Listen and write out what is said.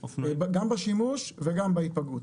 גם בשימוש וגם בהיפגעות.